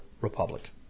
republic